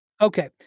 Okay